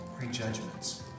prejudgments